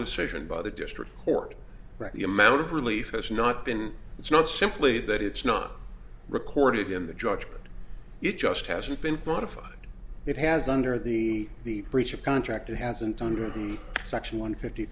decision by the district court right the amount of relief has not been it's not simply that it's not recorded in the judge but it just hasn't been fortified it has under the the breach of contract it hasn't under the section one fifty